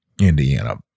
Indiana